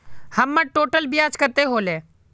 हमर टोटल ब्याज कते होले?